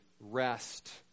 rest